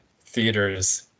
theaters